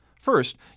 First